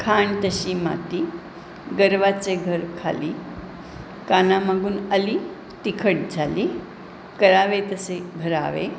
खाण तशी माती गर्वाचे घर खाली काना मागून आली तिखट झाली करावे तसे भरावे